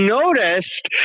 noticed